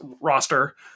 roster